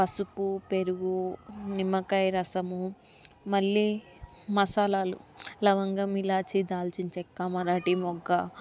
పసుపు పెరుగు నిమ్మకాయ రసము మళ్ళీ మసాలాలు లవంగం ఇలాచీ దాల్చిన చెక్క మరాఠీ మొగ్గ